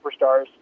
superstars